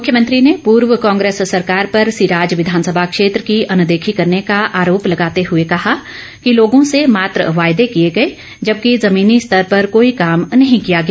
मुख्यमंत्री ने पूर्व कांग्रेस सरकार पर सिराज विधानसभा क्षेत्र की अनदेखी करने का आरोप लगाते हुए कहा कि लोगों से मात्र वायदे किए गए जबकि जमीनी स्तर पर कोई काम नहीं किया गया